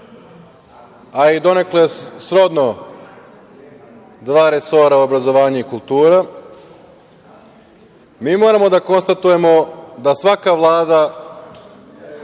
a i donekle srodno dva resora - obrazovanje i kultura, mi moramo da konstatujemo da svaka Vlada